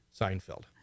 Seinfeld